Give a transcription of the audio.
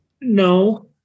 No